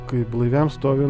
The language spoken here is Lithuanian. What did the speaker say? kai blaiviam stovi